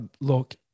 Look